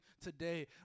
today